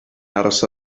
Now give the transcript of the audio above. aros